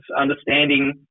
understanding